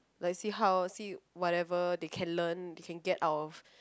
like see how see whatever they can learn they can get of